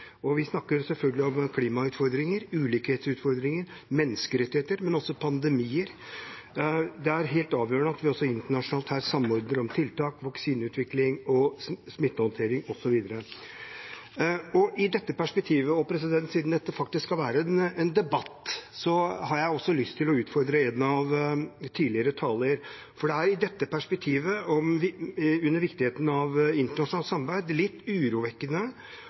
og vi snakker selvfølgelig om klimautfordringer, ulikhetsutfordringer, menneskerettigheter, men også pandemier. Det er helt avgjørende at vi også internasjonalt her samordner tiltak, vaksineutvikling og smittehåndtering osv. I dette perspektivet – og siden dette faktisk skal være en debatt – har jeg lyst til å utfordre en av de tidligere talerne. Det er i dette perspektivet, viktigheten av internasjonalt samarbeid, litt urovekkende